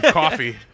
coffee